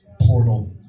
Portal